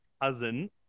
cousin